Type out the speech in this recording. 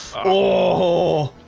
oh